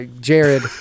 Jared